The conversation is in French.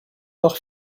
leur